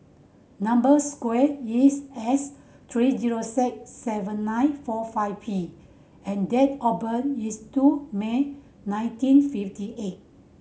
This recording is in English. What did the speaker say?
number square is S three zero six seven nine four five P and date of birth is two May nineteen fifty eight